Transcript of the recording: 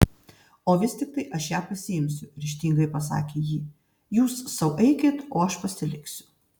o vis tiktai aš ją pasiimsiu ryžtingai pasakė ji jūs sau eikit o aš pasiliksiu